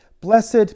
Blessed